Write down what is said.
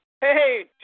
Hey